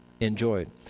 enjoyed